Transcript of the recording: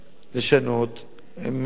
הן באמת לא משמעותיות,